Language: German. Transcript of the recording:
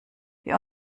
wir